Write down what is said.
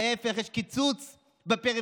ההפך, יש קיצוץ בפריפריה,